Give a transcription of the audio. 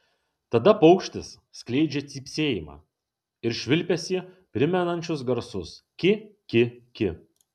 tada paukštis skleidžia cypsėjimą ir švilpesį primenančius garsus ki ki ki